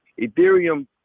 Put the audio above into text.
Ethereum